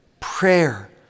Prayer